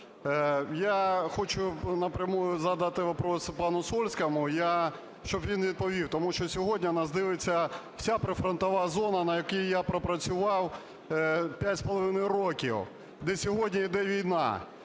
Я хочу напряму задати вопрос пану Сольському, щоб він відповів, тому що сьогодні нас дивиться вся прифронтова зона, на якій я пропрацював 5,5 років, де сьогодні йде війна.